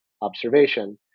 observation